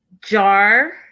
jar